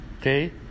Okay